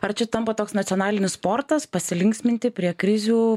ar čia tampa toks nacionalinis sportas pasilinksminti prie krizių